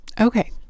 Okay